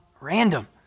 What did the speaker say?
random